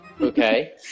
Okay